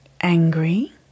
angry